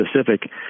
specific